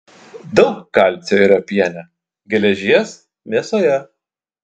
daug kalcio yra piene geležies mėsoje